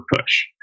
push